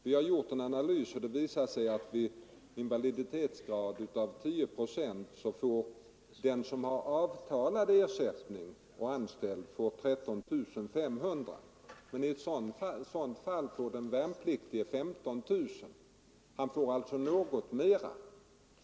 Vi har gjort en analys, varvid det har visat sig att vid en invaliditetsgrad av 10 procent får den som har avtalad ersättning och är anställd 13 500 kronor, medan den värnpliktige i ett sådant fall får 15 000. Han får alltså något mera.